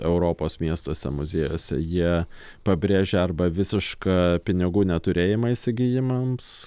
europos miestuose muziejuose jie pabrėžia arba visišką pinigų neturėjimą įsigijimams